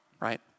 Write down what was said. right